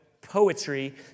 poetry